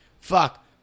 fuck